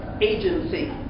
agency